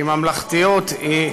כי ממלכתיות היא,